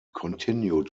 continued